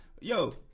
Yo